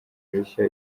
rushya